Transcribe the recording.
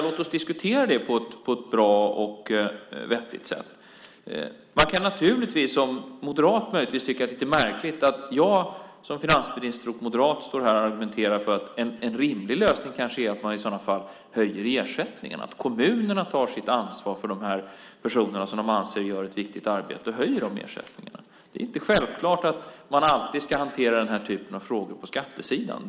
Låt oss diskutera det på ett bra och vettigt sätt. Man kan naturligtvis tycka att det är lite märkligt att jag som finansminister och moderat står här och argumenterar för att en rimlig lösning kanske är att man i sådana fall höjer ersättningarna, att kommunerna tar sitt ansvar för de här personerna som de anser gör ett viktigt arbete och höjer de ersättningarna. Det är inte självklart att man alltid ska hantera den här typen av frågor på skattesidan.